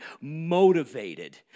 motivated